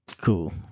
cool